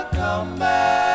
comeback